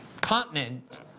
continent